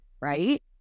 right